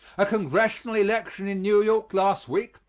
a congressional election in new york last week,